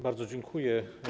Bardzo dziękuję.